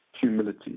humility